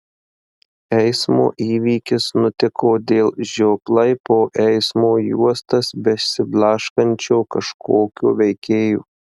eismo įvykis nutiko dėl žioplai po eismo juostas besiblaškančio kažkokio veikėjo